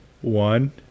One